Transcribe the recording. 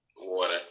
Water